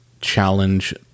challenge